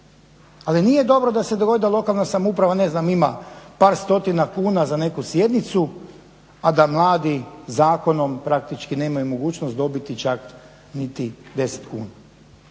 ali nije dobro da se dogodi da lokalna samouprava, ne znam, ima par stotina kuna za neku sjednicu, a da mladi zakonom praktički nemaju mogućnost dobiti čak niti 10 kuna,